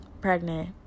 pregnant